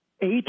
eight